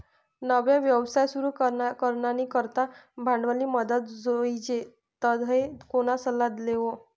नवा व्यवसाय सुरू करानी करता भांडवलनी मदत जोइजे तधय कोणा सल्ला लेवो